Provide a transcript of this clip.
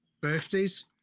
birthdays